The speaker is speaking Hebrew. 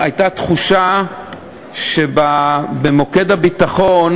להצעה מוצמדות שתי הצעות חוק.